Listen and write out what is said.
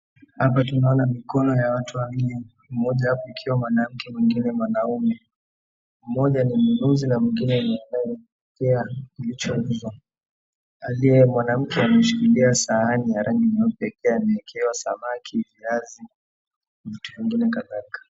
Hapa tunaona mikono ya watu wawili . Mmoja kukiwa mwanamke na mwingine mwanaume. Mmoja ni mnunuzi na mwingine ni anayeletewa kilichoagizwa. Aliyekuwa mwanamke ameshikilia sahani ya rangi nyeupe akiwa amewekewa samaki, viazi, vitu vingine kadhalika.